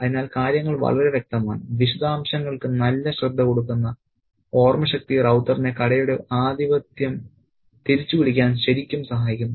അതിനാൽ കാര്യങ്ങൾ വളരെ വ്യക്തമാണ് വിശദാംശങ്ങൾക്ക് നല്ല ശ്രദ്ധ കൊടുക്കുന്ന ഓർമ്മശക്തി റൌത്തറിനെ കടയുടെ ആധിപത്യം തിരിച്ചുപിടിക്കാൻ ശരിക്കും സഹായിക്കുന്നു